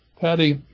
patty